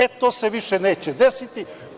E, to se više neće desiti.